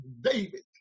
David